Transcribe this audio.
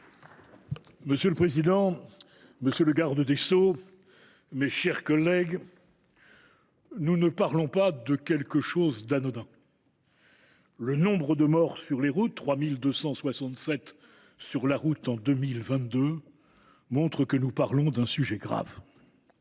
Monsieur le président, monsieur le garde des sceaux, mes chers collègues, nous ne parlons pas de quelque chose d’anodin. Le nombre de morts sur les routes – 3 267 en 2022 – montre qu’il s’agit d’un sujet grave.